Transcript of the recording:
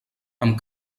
amb